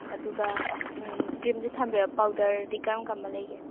ꯑꯗꯨꯒ ꯀ꯭ꯔꯤꯝꯗꯣ ꯊꯝꯕꯤꯔꯣ ꯄꯥꯎꯗꯔꯗꯤ ꯀꯔꯝ ꯀꯔꯝꯕ ꯂꯩꯒꯦ